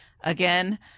again